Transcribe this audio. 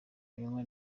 amanywa